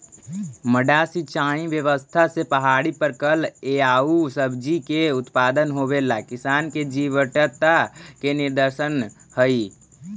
मड्डा सिंचाई व्यवस्था से पहाड़ी पर फल एआउ सब्जि के उत्पादन होवेला किसान के जीवटता के निदर्शन हइ